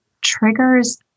triggers